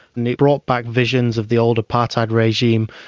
and it brought back visions of the old apartheid regime,